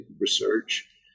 research